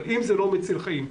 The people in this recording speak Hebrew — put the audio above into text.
אבל אם זה לא טיפול מציל חיים,